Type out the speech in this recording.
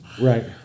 Right